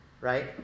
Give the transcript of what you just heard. right